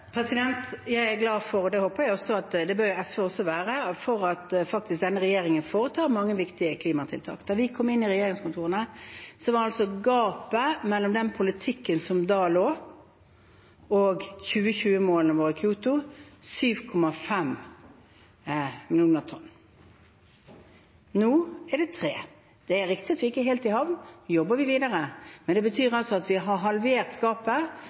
Jeg er glad for – og det håper jeg også at SV er, det bør de være – at denne regjeringen faktisk har mange viktige klimatiltak. Da vi kom inn i regjeringskontorene, var gapet mellom den politikken som da forelå, og 2020-målene våre i Kyotoavtalen på 7,5 millioner tonn – nå er det 3. Det er riktig at vi ikke er helt i havn, og vi jobber videre, men det betyr at vi har halvert gapet,